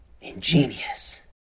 Ingenious